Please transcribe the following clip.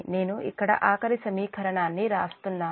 నేను ఇక్కడ ఆఖరి సమీకరణాన్ని ఇస్తున్నాను